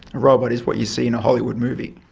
a robot is what you see in a hollywood movie.